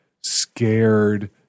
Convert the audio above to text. scared